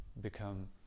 become